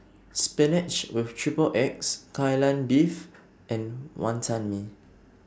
Spinach with Triple Eggs Kai Lan Beef and Wantan Mee